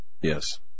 Yes